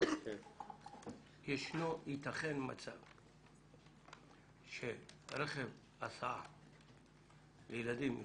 יתכן מצב שרכב הסעה שמוסעים בו ילדים או